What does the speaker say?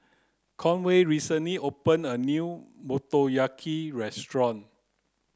Conway recently opened a new Motoyaki restaurant